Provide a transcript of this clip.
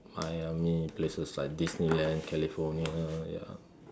Miami places like Disneyland California ya